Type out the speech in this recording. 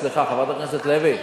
סליחה, חברת הכנסת לוי.